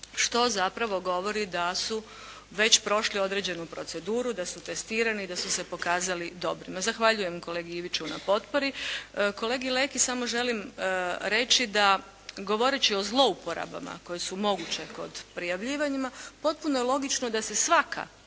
što zapravo govori da su već prošli određenu proceduru, da su testirani i da su se pokazali dobrim. Zahvaljujem kolegi Iviću na potpori. Kolegi Leki samo želim reći da govoreći o zlouporabama koje su moguće kod prijavljivanja, potpuno je logično da se svaka